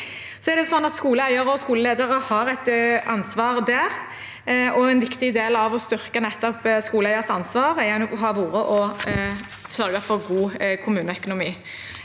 utenfor skolen. Skoleeiere og skoleledere har et ansvar der, og en viktig del av å styrke nettopp skoleeiers ansvar har vært å sørge for god kommuneøkonomi.